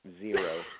Zero